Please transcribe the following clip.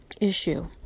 issue